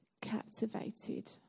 captivated